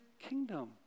kingdom